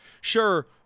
sure